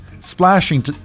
splashing